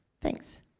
thanks